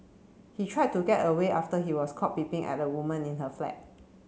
he tried to get away after he was caught peeping at a woman in her flat